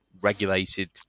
regulated